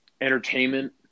entertainment